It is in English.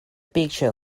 picture